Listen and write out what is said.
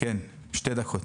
שתי דקות.